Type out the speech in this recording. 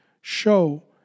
show